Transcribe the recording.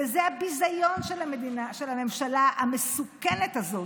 וזה הביזיון של הממשלה המסוכנת הזאת,